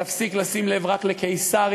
תפסיק לשים לב רק לקיסריה,